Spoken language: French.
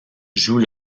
joue